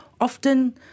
often